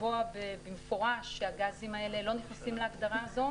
לקבוע במפורש שהגזים האלה לא נכנסים להגדרה הזו